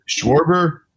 Schwarber